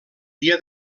dia